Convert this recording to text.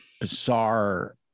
bizarre